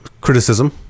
criticism